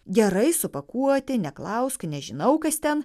gerai supakuoti neklausk nežinau kas ten